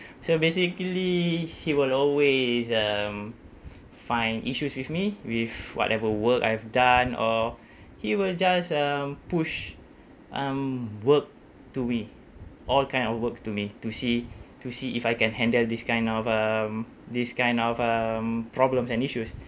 so basically he will always um find issues with me with whatever work I have done or he will just um push um work to me all kind of work to me to see to see if I can handle this kind of um these kind of um problems and issues